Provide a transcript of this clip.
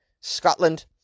scotland